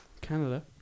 Canada